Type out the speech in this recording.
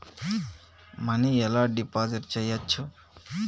Money ఎలా deposit చేయచ్చు?